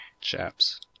Chaps